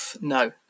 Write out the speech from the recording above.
no